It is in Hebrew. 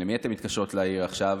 את מי אתן מתקשרות להעיר עכשיו,